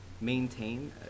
maintain